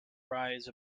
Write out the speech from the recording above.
rise